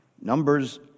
Numbers